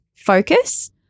focus